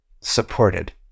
supported